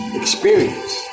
experience